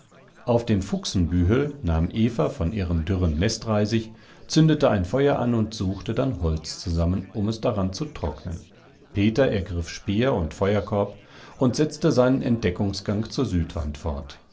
auf dem fuchsenbühel nahm eva von ihrem dürren nestreisig zündete ein feuer an und suchte dann holz zusammen um es daran zu trocknen peter ergriff speer und feuerkorb und setzte seinen entdeckungsgang zur südwand fort